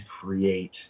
create